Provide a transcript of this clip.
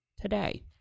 today